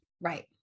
Right